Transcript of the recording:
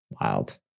wild